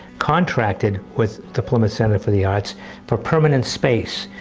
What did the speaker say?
contracted with the plymouth center for the arts for permeant space.